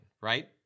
right